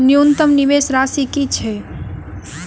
न्यूनतम निवेश राशि की छई?